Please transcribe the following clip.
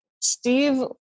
Steve